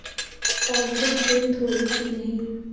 Passbook print होही कि नहीं?